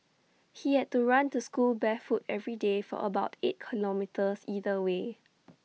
he had to run to school barefoot every day for about eight kilometres either way